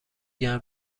گرم